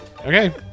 okay